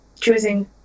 choosing